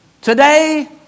today